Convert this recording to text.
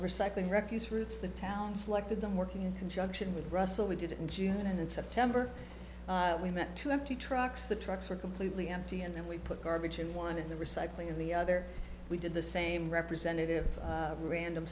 recycling refuse routes the town selected them working in conjunction with russell we did it in june and in september we met two empty trucks the trucks were completely empty and then we put garbage and one in the recycling in the other we did the same representative random